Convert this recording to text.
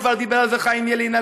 וכבר דיבר על זה חיים ילין,